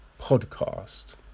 podcast